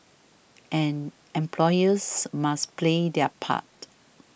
and employers must play their part